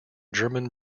german